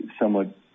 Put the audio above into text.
somewhat